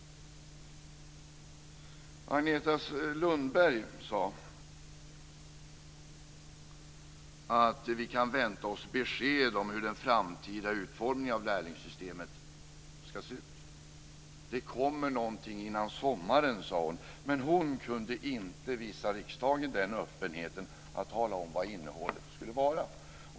Agneta Lundberg sade att vi kan vänta oss besked om den framtida utformningen av lärlingssystemet. Det kommer någonting före sommaren, sade hon. Men hon kunde inte visa riksdagen den öppenheten att hon talade om vad innehållet skulle vara.